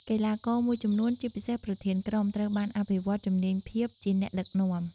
កីឡាករមួយចំនួន ជាពិសេសប្រធានក្រុម ត្រូវបានអភិវឌ្ឍជំនាញភាពជាអ្នកដឹកនាំ។